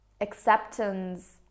acceptance